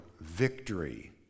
victory